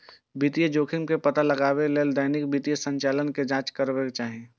वित्तीय जोखिम के पता लगबै लेल दैनिक वित्तीय संचालन के जांच करबाक चाही